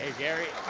ah gary.